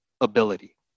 ability